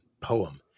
poem